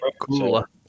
cooler